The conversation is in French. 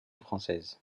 française